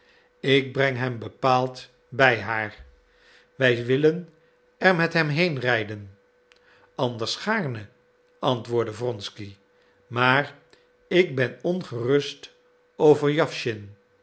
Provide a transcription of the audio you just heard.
ik breng hem bepaald bij haar wij willen er met hem heenrijden anders gaarne antwoordde wronsky maar ik ben ongerust over